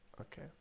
Okay